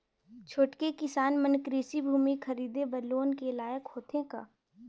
छोटके किसान मन कृषि भूमि खरीदे बर लोन के लायक होथे का?